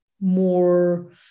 more